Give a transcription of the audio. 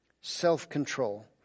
self-control